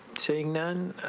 seeing none.